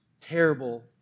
terrible